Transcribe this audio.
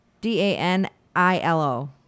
D-A-N-I-L-O